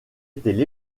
étaient